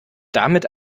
damit